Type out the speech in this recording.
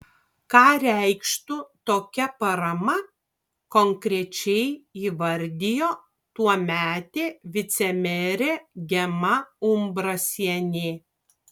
ką reikštų tokia parama konkrečiai įvardijo tuometė vicemerė gema umbrasienė